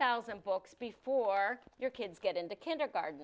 thousand books before your kids get into kindergarten